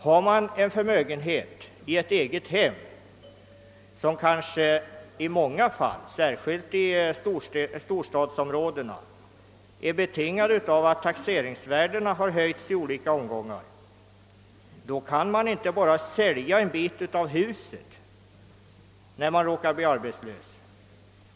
Har man en förmögenhet i ett eget hem, vars storlek kanske i många fall betingats av att taxeringsvärdet höjts i olika omgångar — det gäller särskilt i storstadsområdena — kan man inte bara sälja en bit av huset om man råkar bli arbetslös.